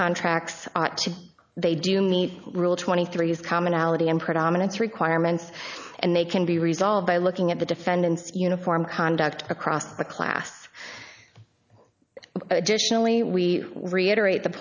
contracts they do meet rule twenty three is commonality in predominance requirements and they can be resolved by looking at the defendant's uniform conduct across her class additionally we reiterate the